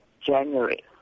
January